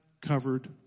covered